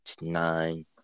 nine